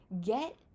get